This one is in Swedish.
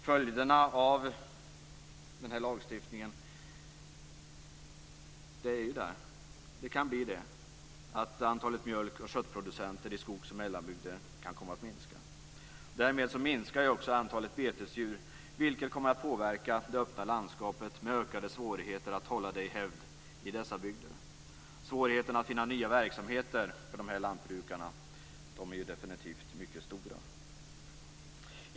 Följderna av lagstiftningen kan bli att antalet mjölk och köttproducenter i skogs och mellanbygden kan komma att minska. Därmed minskar antalet betesdjur, vilket kommer att påverka det öppna landskapet och innebära ökade svårigheter att hålla det i hävd i dessa bygder. Svårigheterna för dessa lantbrukare att finna nya verksamheter är stora.